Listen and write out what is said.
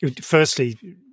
firstly